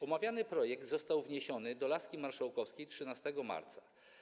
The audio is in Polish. Omawiany projekt został wniesiony do laski marszałkowskiej 13 marca.